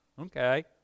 Okay